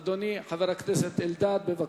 אדוני, חבר הכנסת אלדד, בבקשה.